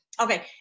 okay